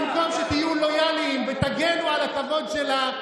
במקום שתהיו לויאליים ותגנו על הכבוד שלה,